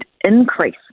increase